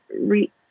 re